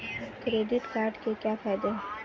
Credit card के क्या फायदे हैं?